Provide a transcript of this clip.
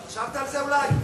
חשבת על זה אולי?